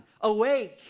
awake